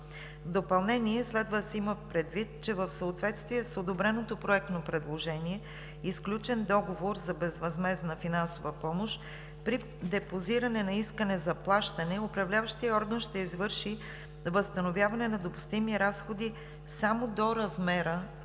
В допълнение следва да се има предвид, че в съответствие с одобреното проектно предложение и сключен договор за безвъзмездна финансова помощ при депозиране на искане за плащане управляващият орган ще извърши възстановяване на допустими разходи само до размера